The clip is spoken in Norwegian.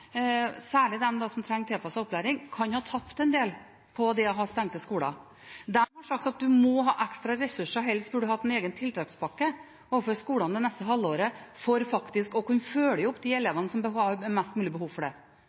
som trenger tilpasset opplæring, kan ha tapt en del på det å ha stengte skoler. De har sagt at man må ha ekstra ressurser, og at man helst burde hatt en egen tiltakspakke for skolene det neste halvåret for faktisk å kunne følge opp de elevene som har størst behov for